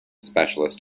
specialist